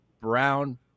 Brown